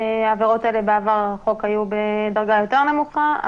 העבירות האלה בעבר הרחוק היו בדרגה יותר נמוכה,